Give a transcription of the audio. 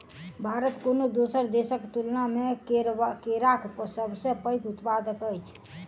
भारत कोनो दोसर देसक तुलना मे केराक सबसे पैघ उत्पादक अछि